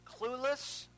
clueless